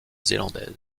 zélandaise